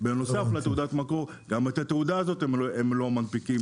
בנוסף לתעודת המקור גם את התעודה הזאת הם לא מנפיקים.